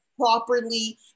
Properly